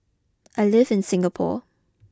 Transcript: I live in Singapore